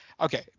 Okay